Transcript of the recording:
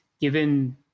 given